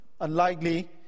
unlikely